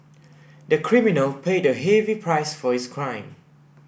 the criminal paid a heavy price for his crime